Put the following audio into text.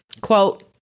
Quote